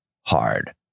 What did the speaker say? hard